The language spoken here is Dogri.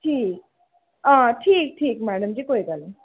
ठीक हां ठीक ठीक मैडम जी कोई गल्ल निं